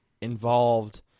involved